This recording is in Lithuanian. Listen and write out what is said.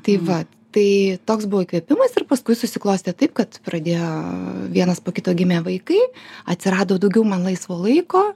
tai va tai toks buvo įkvėpimas ir paskui susiklostė taip kad pradėjo vienas po kito gimė vaikai atsirado daugiau man laisvo laiko